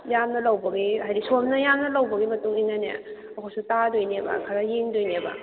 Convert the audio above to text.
ꯌꯥꯝꯅ ꯂꯧꯕꯒꯤ ꯍꯥꯏꯗꯤ ꯁꯣꯝꯅ ꯌꯥꯝꯅ ꯂꯧꯕꯒꯤ ꯃꯇꯨꯡ ꯏꯟꯅꯅꯦ ꯑꯩꯈꯣꯏꯁꯨ ꯇꯥꯗꯣꯏꯅꯦꯕ ꯈꯔ ꯌꯦꯡꯗꯣꯏꯅꯦꯕ